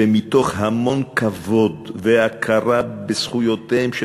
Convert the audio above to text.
ומתוך המון כבוד והכרה בזכויותיהם של